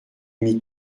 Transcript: mit